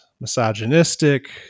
misogynistic